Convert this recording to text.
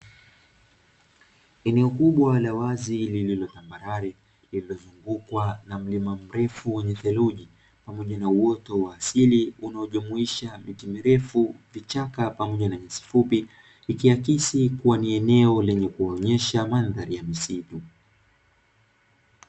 Eneo kubwa la wazi lililo tambarare lililozungukwa na mlima mrefu wenye theluji pamoja na uoto wa asili unaojumuisha miti mirefu, vichaka pamoja na nyasi fupi, ikiakisi kuwa ni eneo lenye kuonyesha mandhari ya msitu.